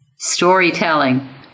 storytelling